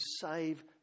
save